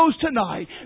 tonight